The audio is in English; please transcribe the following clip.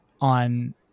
on